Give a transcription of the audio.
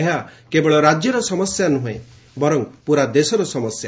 ଏହା କେବଳ ରାଜ୍ୟର ସମସ୍ୟା ନୁହଁ ବରଂ ପୁରା ଦେଶର ସମସ୍ୟା